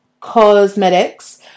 cosmetics